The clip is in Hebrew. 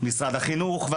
משרד החינוך,